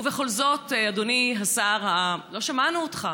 ובכל זאת, אדוני השר, לא שמענו אותך,